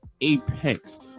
apex